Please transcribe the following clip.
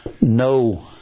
no